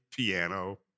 piano